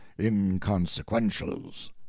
inconsequentials